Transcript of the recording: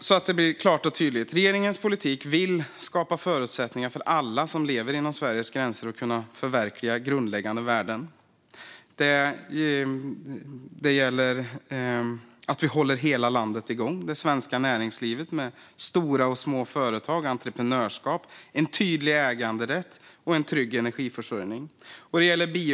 För att göra detta klart och tydligt: Regeringen vill med sin politik skapa förutsättningar för alla som lever inom Sveriges gränser att förverkliga grundläggande värden. Det gäller att vi håller hela landet igång med det svenska näringslivet, stora och små företag, entreprenörskap, en tydlig äganderätt och en trygg energiförsörjning.